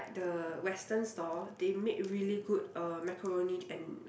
the Western stall they make really good uh macaroni and like